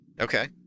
Okay